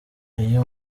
iyo